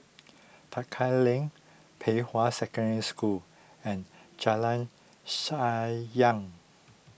Tekka Lane Pei Hwa Secondary School and Jalan Sayang